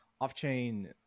off-chain